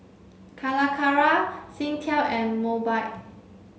Calacara Singtel and Mobike